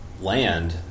land